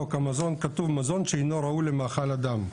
חוק המזון, כתוב "מזון שאינו ראוי למאכל אדם".